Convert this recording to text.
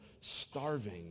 starving